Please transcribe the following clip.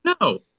no